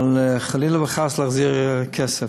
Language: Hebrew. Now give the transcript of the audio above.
אבל, חלילה וחס להחזיר כסף.